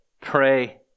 pray